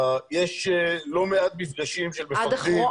יש לא מעט מפגשים של מפקדים עם עיתונאים.